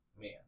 man